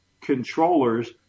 controllers